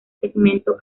segmento